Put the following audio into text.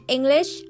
English